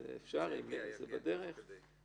שזה מספר חייבים שחייבים באותו החוב.